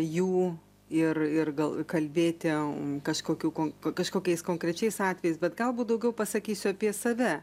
jų ir ir gal kalbėti kažkokių kon kažkokiais konkrečiais atvejais bet galbūt daugiau pasakysiu apie save